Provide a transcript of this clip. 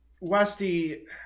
westy